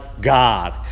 God